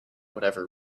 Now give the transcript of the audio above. whatever